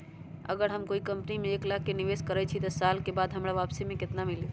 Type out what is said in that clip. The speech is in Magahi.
अगर हम कोई कंपनी में एक लाख के निवेस करईछी त एक साल बाद हमरा वापसी में केतना मिली?